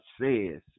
says